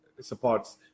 supports